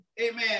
amen